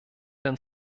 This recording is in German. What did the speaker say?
den